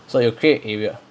so it will create area